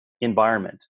environment